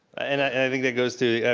and i think that goes to, yeah